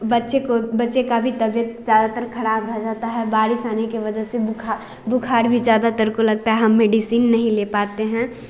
बच्चे को बच्चे का भी तबीयत ज़्यादातर खराब रह जाता है बारिश आने की वजह से बुखार ज़्यादातर को लगता है मेडिसिन हम नहीं ले पाते हैं